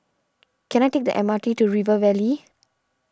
can I take the M R T to River Valley